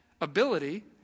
ability